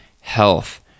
health